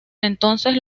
entonces